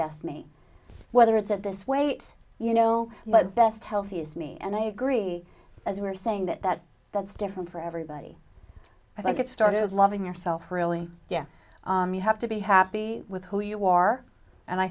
best me whether it's at this weight you know but best healthy is me and i agree as we're saying that that that's different for everybody i think it started loving yourself really yeah you have to be happy with who you are and i